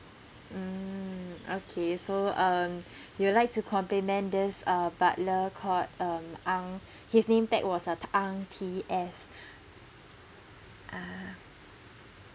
mm okay so um you would like to compliment this uh butler called uh ang his name tag was uh ang T_S ah